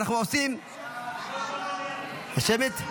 שמית?